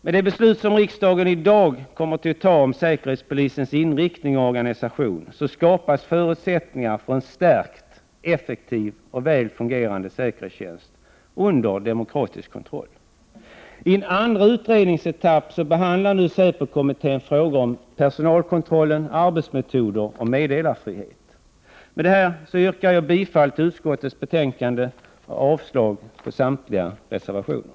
Med det beslut som riksdagen i dag kommer att fatta om säkerhetspolisens inriktning och organisation skapas förutsättningar för en stärkt, effektiv och väl fungerande säkerhetstjänst under demokratisk kontroll. I en andra utredningsetapp behandlar nu säpokommittén frågor om personalkontroll, arbetsmetoder och meddelarfrihet. Herr talman! Med detta yrkar jag bifall till utskottets hemställan och avslag på samtliga reservationer.